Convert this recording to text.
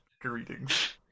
greetings